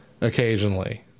occasionally